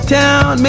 town